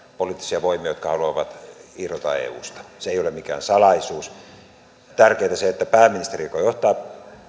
poliittisia voimia jotka haluavat irrota eusta se ei ole mikään salaisuus tärkeintä on se että pääministeri joka johtaa